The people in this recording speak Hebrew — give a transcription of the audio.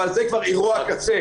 אבל זה כבר אירוע הקצה.